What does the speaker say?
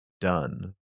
done